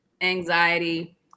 anxiety